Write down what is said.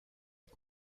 est